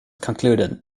concluded